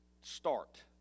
start